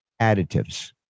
additives